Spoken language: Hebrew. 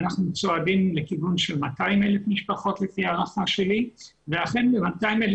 אנחנו צועדים לכיוון של 200,000 משפחות לפי ההערכה שלי ואכן 200,000